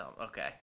okay